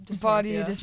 Body